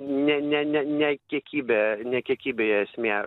ne ne ne ne kiekybė ne kiekybėje esmė